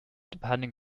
depending